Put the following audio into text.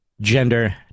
gender